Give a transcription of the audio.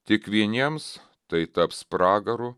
tik vieniems tai taps pragaru